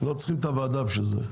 לא צריכים את הוועדה בשביל זה.